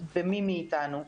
במי מאיתנו,